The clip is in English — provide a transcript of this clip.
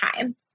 time